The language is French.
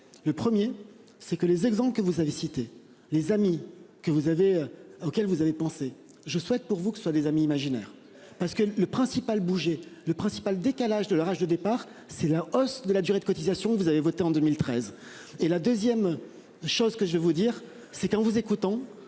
le 1er c'est que les exemples que vous avez cité les amis que vous avez auquel vous avez pensé, je souhaite pour vous que ce soit des amis imaginaires. Parce que le principal bouger le principal décalage de leur âge de départ, c'est la hausse de la durée de cotisation. Vous avez voté en 2013 et la 2ème, chose que je vais vous dire, c'est qu'en vous écoutant